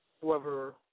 whoever